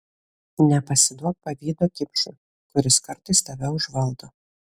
nepasiduok pavydo kipšui kuris kartais tave užvaldo